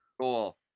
Cool